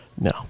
No